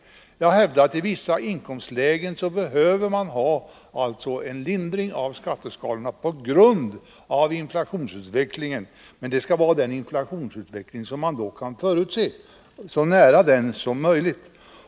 Jag hävdar att man i vissa inkomstlägen behöver ha en lindring av skatteskalorna, på grund av inflationsutvecklingen. Men den skall vara så nära den inflationsutveckling som vi då kan förutse som möjligt.